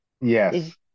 Yes